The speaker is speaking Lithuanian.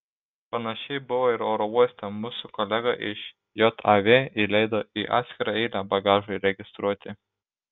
panašiai buvo ir oro uoste mus su kolega iš jav įleido į atskirą eilę bagažui registruoti